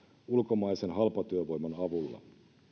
ulkomaisen halpatyövoiman avulla